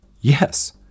Yes